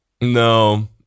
No